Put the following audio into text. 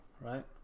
right